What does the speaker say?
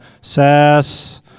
sass